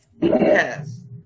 yes